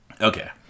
Okay